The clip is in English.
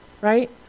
Right